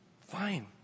Fine